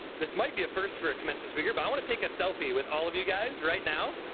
this might be a first for a commencement speaker, but i want to take a selfie with all of you guys right now.